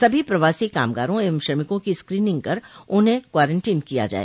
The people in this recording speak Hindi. सभी प्रवासी कामगारों एवं श्रमिकों की स्क्रीनिंग कर उन्हें क्वारंटीन किया जाए